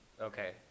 okay